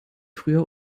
früher